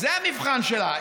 זה המבחן שלה.